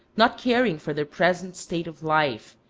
not caring for their present state of life,